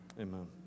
amen